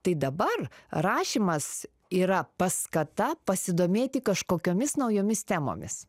tai dabar rašymas yra paskata pasidomėti kažkokiomis naujomis temomis